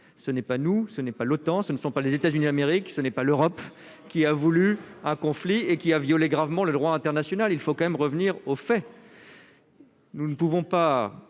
ce n'est pas nous, ce n'est pas l'OTAN, ce ne sont pas les États-Unis, Amérique, ce n'est pas l'Europe qui a voulu un conflit et qui a violé gravement le droit international, il faut quand même revenir aux faits. Nous ne pouvons pas